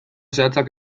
zehatzak